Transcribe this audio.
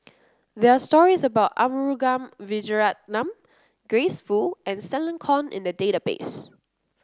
there are stories about Arumugam Vijiaratnam Grace Fu and Stella Kon in the database